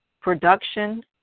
production